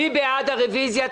מי בעד הרוויזיה?